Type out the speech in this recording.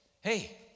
hey